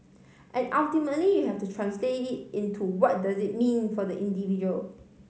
and ultimately you have to translate it into what does it mean for the individual